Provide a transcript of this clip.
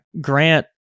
Grant